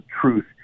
truth